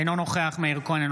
אינו נוכח מאיר כהן,